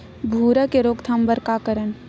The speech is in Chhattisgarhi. भूरा के रोकथाम बर का करन?